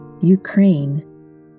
Ukraine